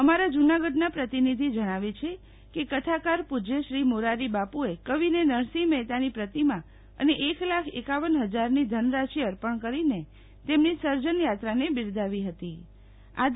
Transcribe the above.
અમારા જૂનાગઢના પ્રતિનીધી જણાવે છે કે કથાકાર પૂજય મોરારી બાપુએ કવિ નરસિંહ મહેતાની પ્રતિમા અને એક લાખ એકાવન ફજારની ધનરાસી અર્પણ કરીને તેમની સર્જનેયાત્રા બિરદાવી ફતી